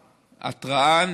השכונה.